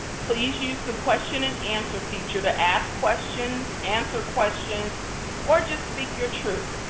please use the question and answer feature to ask questions, answer questions or just speak your truth.